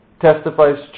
Testifies